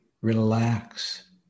relax